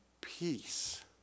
peace